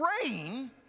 praying